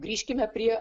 grįžkime prie